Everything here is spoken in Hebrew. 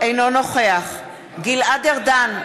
אינו נוכח גלעד ארדן,